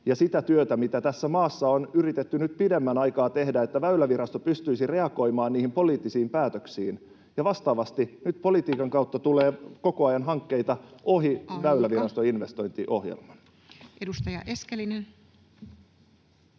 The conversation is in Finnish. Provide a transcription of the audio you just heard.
ja sitä työtä, mitä tässä maassa on yritetty nyt pidemmän aikaa tehdä, että Väylävirasto pystyisi reagoimaan poliittisiin päätöksiin. Vastaavasti nyt politiikan kautta tulee koko ajan hankkeita ohi [Puhemies: Aika!] Väyläviraston investointiohjelman. Edustaja Eskelinen.